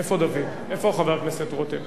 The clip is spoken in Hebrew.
לא הספקתי להצביע.